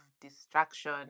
distraction